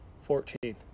Fourteen